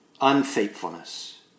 unfaithfulness